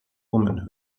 woman